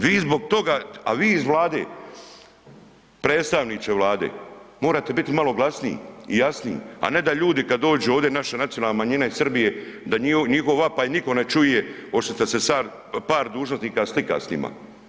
Vi zbog toga, a vi iz Vlade, predstavniče Vlade, morate biti malo glasniji i jasniji a ne da ljudi kad dođu ovdje, naša nacionalna manjina u Srbije, da njihov vapaj niko ne čuje, osim što se par dužnosnika slika s njima.